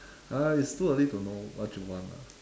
ah it's too early to know what you want ah